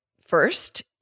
first